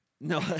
No